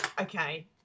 okay